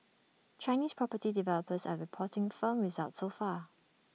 Chinese property developers are reporting firm results so far